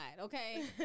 okay